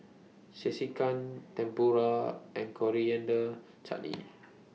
Sekihan Tempura and Coriander Chutney